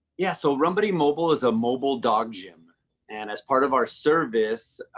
yeah. so run buddy mobile is a mobile dog gym and as part of our service,